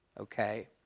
Okay